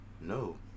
No